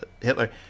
Hitler